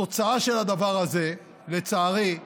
התוצאה של הדבר הזה, לצערי,